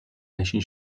نشین